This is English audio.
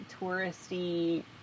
touristy